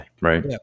right